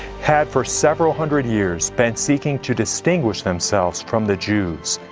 had for several hundred years been seeking to distinguish themselves from the jews.